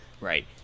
Right